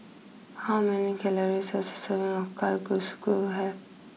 how many calories does a serving of Kalguksu have